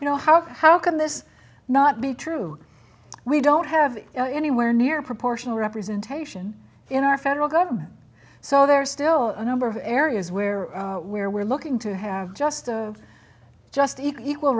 you know how how can this not be true we don't have anywhere near proportional representation in our federal government so there are still a number of areas where where we're looking to have just just equal